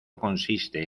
consiste